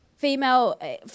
female